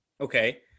Okay